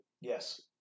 yes